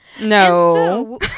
No